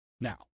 Now